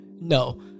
No